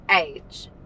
age